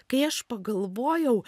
kai aš pagalvojau